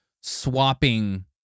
swapping